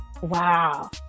wow